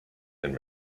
and